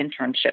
internship